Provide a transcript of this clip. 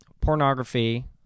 Pornography